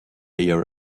your